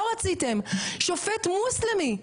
לא רציתם שופט מוסלמי,